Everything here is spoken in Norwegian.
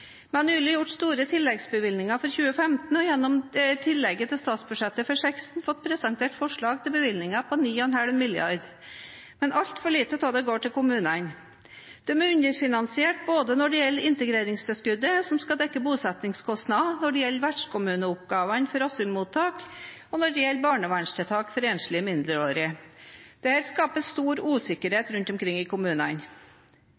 Vi har nylig gjort store tilleggsbevilgninger for 2015 og gjennom tillegget til statsbudsjettet for 2016 fått presentert forslag til bevilgninger på 9,5 mrd. kr, men altfor lite av det går til kommunene. De er underfinansiert både når det gjelder integreringstilskuddet, som skal dekke bosettingskostnader, når det gjelder vertskommuneoppgavene for asylmottak, og når det gjelder barnevernstiltak for enslige mindreårige. Dette skaper stor usikkerhet rundt omkring i kommunene.